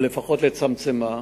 או לפחות לצמצמה,